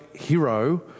hero